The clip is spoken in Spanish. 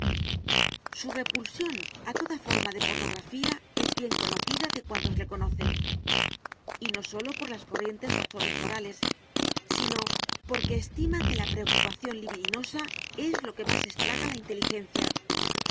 su repulsión a toda forma de pornografía es bien conocida de cuantos le conocen y no sólo por las corrientes razones morales sino porque estima que la preocupación libidinosa es lo que más estraga la inteligencia